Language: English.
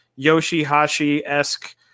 yoshihashi-esque